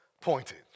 pointed